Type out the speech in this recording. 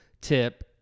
tip